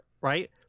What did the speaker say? right